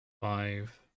five